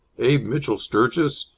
abe mitchell sturgis,